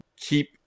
keep